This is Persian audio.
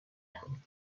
کنید